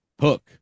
Hook